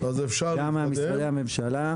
גם ממשרדי הממשלה.